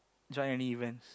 join any events